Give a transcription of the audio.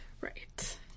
Right